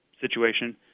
situation